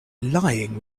lying